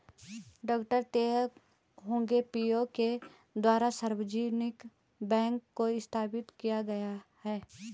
डॉ Teh Hong Piow के द्वारा सार्वजनिक बैंक को स्थापित किया गया है